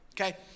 Okay